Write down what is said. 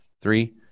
Three